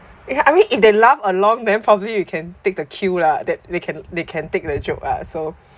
yeah I mean if they laughed along then probably you can take the cue lah that they can they can take the joke ah so